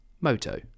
Moto